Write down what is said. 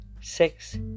six